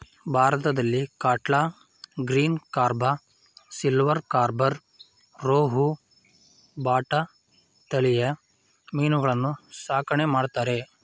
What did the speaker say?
ಭಾರತದಲ್ಲಿ catla, green carp, silver carp, rohu, bata ತಳಿಯ ಮೀನುಗಳನ್ನು ಸಾಕಣೆ ಮಾಡ್ತರೆ